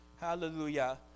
Hallelujah